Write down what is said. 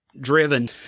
driven